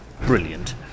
brilliant